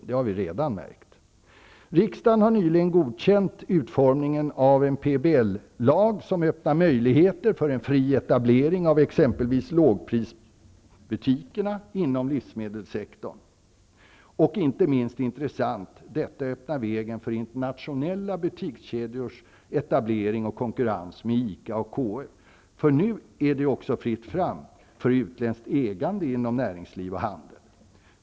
Det har vi redan märkt. Riksdagen har nyligen godkänt utformningen av PBL, som öppnar möjligheterna för en fri etablering av exempelvis lågprisbutiker inom livsmedelssektorn. Inte minst intressant är att detta öppnar vägen för internationella butikskedjors etablering och konkurrens med ICA och KF, eftersom det nu också är fritt fram för utländskt ägande inom näringsliv och handel.